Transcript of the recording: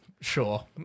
Sure